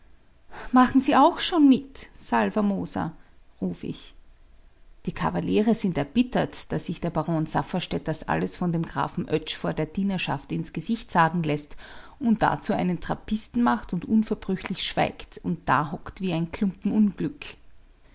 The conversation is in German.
machen sie auch schon mit salvermoser ruf ich die kavaliere sind erbittert daß sich der baron safferstätt das alles von dem grafen oetsch vor der dienerschaft ins gesicht sagen läßt und dazu einen trappisten macht und unverbrüchlich schweigt und dahockt wie ein klumpen unglück